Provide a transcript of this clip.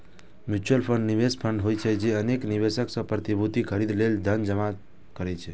mutual fund निवेश fund होइ छै, जे अनेक निवेशक सं प्रतिभूति खरीदै लेल धन जमा करै छै